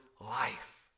life